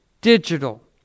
digital